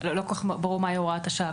לא ברור כל כך מה היא הוראת השעה.